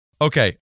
Okay